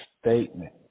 statement